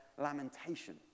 lamentation